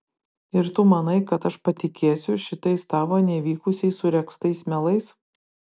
ir tu manai kad aš patikėsiu šitais tavo nevykusiai suregztais melais